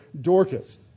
Dorcas